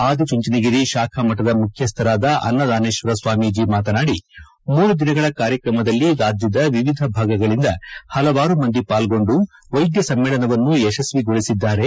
ಅದಿ ಚುಂಚನಗಿರಿ ಶಾಖಾಮಠದ ಮುಖ್ಯಸ್ತರಾದ ಅನ್ನಧಾನೇಶ್ವರ ಸ್ವಾಮೀಜಿ ಮಾತನಾಡಿ ಮೂರು ದಿನಗಳ ಕಾರ್ಯಕ್ರಮದಲ್ಲಿ ರಾಜ್ಯದ ವಿವಿಧ ಭಾಗಗಳಿಂದ ಪಲವಾರು ಮಂದಿ ಪಾಲ್ಗೊಂಡು ವೈದ್ಯ ಸಮ್ಮೇಳನವನ್ನು ಯಶಸ್ವಿಗೊಳಿಸಿದ್ದಾರೆ